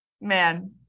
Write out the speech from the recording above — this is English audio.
Man